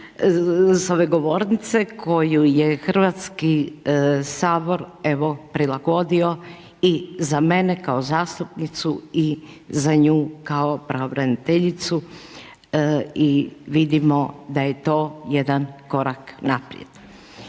s ove govornice, koju je Hrvatski sabor, evo prilagodio i za mene kao zastupnicu i za nju kao pravobraniteljicu i vidimo da je to jedan korak naprijed.